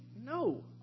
No